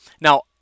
Now